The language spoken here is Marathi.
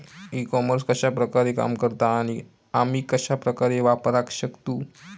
ई कॉमर्स कश्या प्रकारे काम करता आणि आमी कश्या प्रकारे वापराक शकतू?